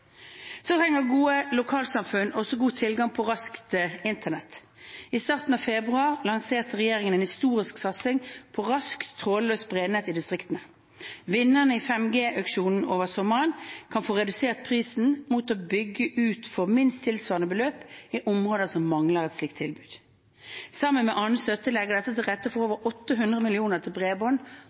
Gode lokalsamfunn trenger også god tilgang på raskt internett. I starten av februar lanserte regjeringen en historisk satsing på raskt, trådløst bredbånd i distriktene. Vinnerne i 5G-auksjonen over sommeren kan få redusert prisen – mot å bygge ut for minst tilsvarende beløp i områder som mangler et slikt tilbud. Sammen med annen støtte legger dette til rette for over 800 mill. kr til bredbånd